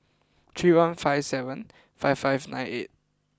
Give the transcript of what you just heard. three one five seven five five nine eight